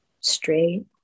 straight